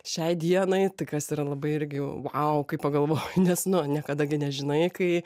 šiai dienai tai kas yra labai irgi vau kaip pagalvo nes nu niekada gi nežinai kai